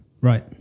Right